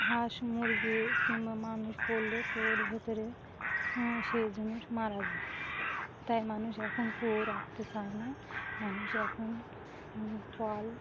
হাঁস মুরগি কিংবা মানুষ পড়লে কুয়োর ভেতরে সেই জিনিস মারা যায় তাই মানুষ এখন কুয়ো রাখতে চায় না মানুষ এখন কল